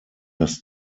das